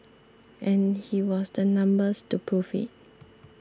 and he was the numbers to prove it